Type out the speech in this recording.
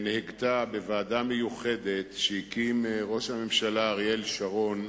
שנהגתה בוועדה מיוחדת שהקים ראש הממשלה אריאל שרון,